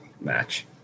match